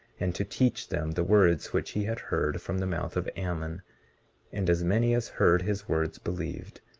and to teach them the words which he had heard from the mouth of ammon and as many as heard his words believed,